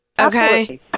okay